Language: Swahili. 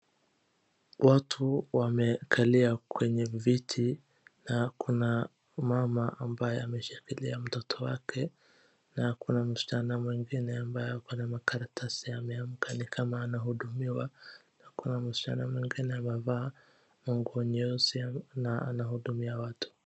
Watu wamekalia kwenye viti na kuna mama ambaye ameshikilia mtoto wake na kuna msichana mwengine ambaye ako na makaratasi ameeka ni kama anahudumiwa na kuna msichana mwingine ameva manguo nyeusi na anahudumia watu.